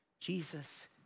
Jesus